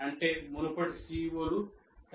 అంటే మునుపటి CO లు తరువాతి CO లకు అవసరం